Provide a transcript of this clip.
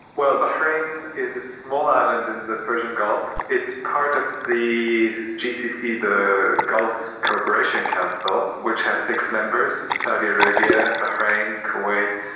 well, bahrain is a small island in the persian gulf. it's part of the gcc, the gulf cooperation council, which has six members saudi arabia, bahrain, kuwait,